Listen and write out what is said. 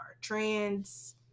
Trans